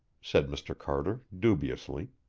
said mr. carter dubiously.